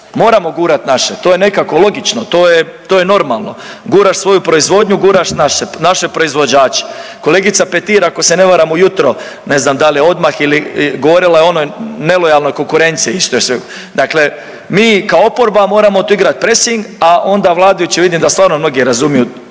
Moramo gurati naše, to je nekako logično, to je normalno, guraš svoju proizvodnju, guraš naše proizvođače. Kolegica Petir, ako se ne varam ujutro, ne znam da li je odmah ili govorila je ono o nelojalnoj konkurenciji, isto je sve, dakle mi kao oporba moramo tu igrati presing, a onda vladajući, vidim da stvarno mnogi razumiju